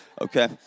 okay